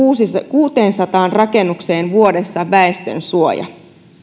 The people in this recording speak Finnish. kuuteensataan rakennukseen vuodessa väestönsuoja